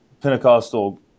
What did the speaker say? Pentecostal